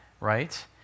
right